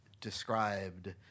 described